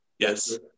yes